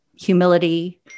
humility